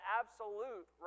absolute